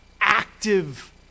active